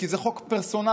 כי זה חוק פרסונלי,